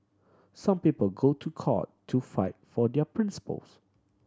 some people go to court to fight for their principles